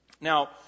Now